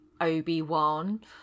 Obi-Wan